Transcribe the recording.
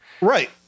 right